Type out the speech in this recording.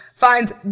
finds